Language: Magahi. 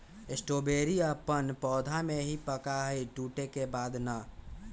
स्ट्रॉबेरी अपन पौधा में ही पका हई टूटे के बाद ना